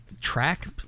Track